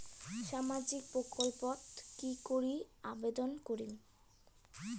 সামাজিক প্রকল্পত কি করি আবেদন করিম?